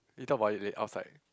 we talk about it lat~ outside